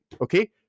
Okay